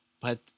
but-